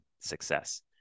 success